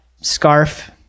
scarf